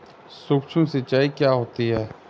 सुक्ष्म सिंचाई क्या होती है?